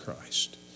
Christ